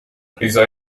criza